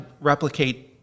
replicate